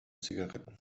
zigaretten